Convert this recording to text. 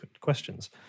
questions